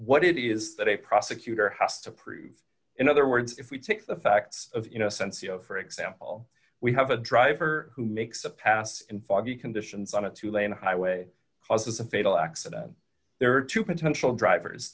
what it is that a prosecutor has to prove in other words if we take the facts of in a sense you know for example we have a driver who makes a pass in foggy conditions on a two lane highway causes a fatal accident there are two potential drivers